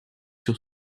sur